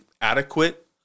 adequate